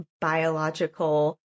biological